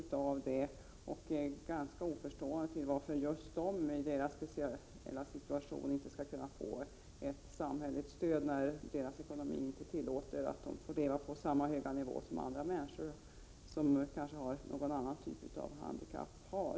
Vi har ganska svårt att förstå att just dessa människor — med tanke på deras speciella situation — inte skulle kunna få ett samhälleligt stöd. Deras ekonomi tillåter ju inte att de lever på samma höga nivå som andra människor som kanske har någon annan typ av handikapp.